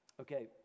Okay